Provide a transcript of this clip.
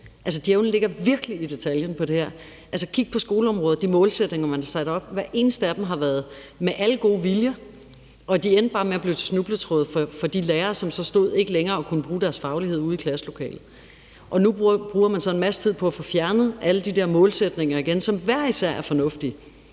Altså, djævelen ligger her virkelig i detaljen. Kig på skoleområdet og de målsætninger, man har sat op, hvor det i forhold til hver eneste af dem har været med alle gode viljer, og de bare endte med at blive til snubletråde for de lærere, som så stod og ikke længere kunne bruge deres faglighed ude i klasselokalet. Nu bruger man så en masse tid på at få fjernet alle de der målsætninger igen, som hver især er fornuftige,